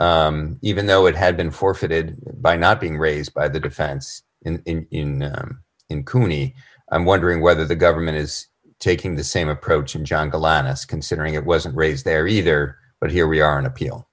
even though it had been forfeited by not being raised by the defense in in in cooney i'm wondering whether the government is taking the same approach and john the last considering it wasn't raised there either but here we are in appeal